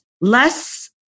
Less